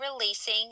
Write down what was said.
releasing